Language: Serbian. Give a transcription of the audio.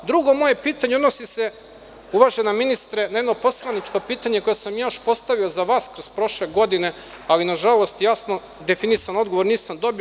Drugo moje pitanje odnosi se, uvažena ministre, na jedno moje poslaničko pitanje koje sam postavio za vaskrs prošle godine vama, ali nažalost jasno definisan odgovor nisam dobio.